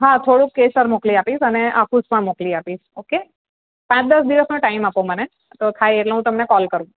હા થોડુંક કેસર મોકલી આપીશ અને હાફૂસ પણ મોકલી આપીશ ઓકે પાંચ દસ દિવસનો ટાઈમ આપો મને તો થાય એટલે હું તમને કોલ કરું